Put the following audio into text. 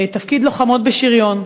תפקיד לוחמות בשריון.